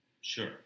Sure